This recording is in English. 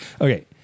Okay